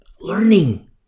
learning